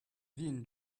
vihan